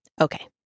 Okay